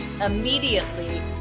immediately